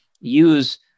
use